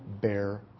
bear